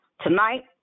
Tonight